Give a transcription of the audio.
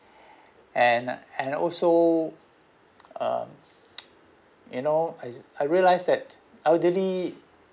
and and also so um you know I I realise that elderly